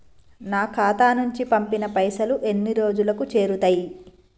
నా ఖాతా నుంచి పంపిన పైసలు ఎన్ని రోజులకు చేరుతయ్?